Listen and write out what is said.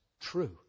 true